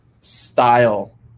style